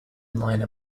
minor